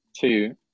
two